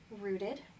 rooted